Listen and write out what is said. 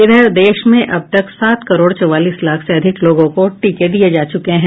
इधर देश में अब तक सात करोड़ चौवालीस लाख से अधिक लोगों को टीके दिए जा चुके हैं